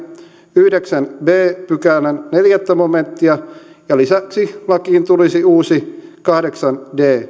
yhdeksännen b pykälän neljäs momenttia ja lisäksi lakiin tulisi uusi kahdeksas d